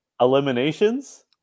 Eliminations